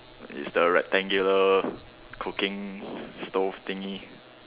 is the rectangular cooking stove thingy